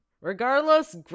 Regardless